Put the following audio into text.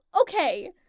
okay